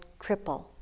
cripple